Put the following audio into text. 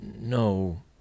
No